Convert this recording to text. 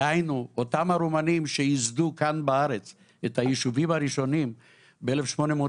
דהיינו אותם הרומנים שייסדו כאן בארץ את היישובים הראשונים ב-1882,